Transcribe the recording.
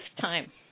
time